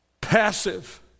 Passive